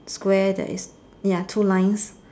square there is ya two lines